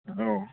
ꯑꯧ